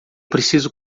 preciso